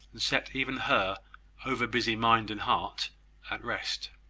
and set even her over-busy mind and heart at rest.